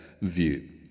view